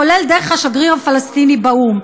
כולל דרך השגריר הפלסטיני באו"ם.